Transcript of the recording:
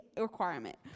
requirement